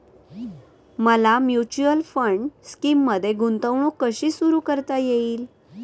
मला mutual fund स्कीममध्ये गुंतवणूक कशी सुरू करता येईल?